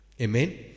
Amen